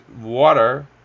water